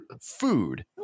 food